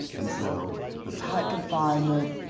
and so the tight confinement,